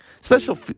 Special